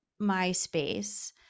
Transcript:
MySpace